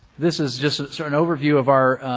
this is just so an overview of our